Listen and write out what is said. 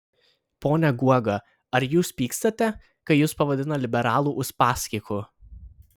pone guoga ar jūs pykstate kai jus pavadina liberalų uspaskichu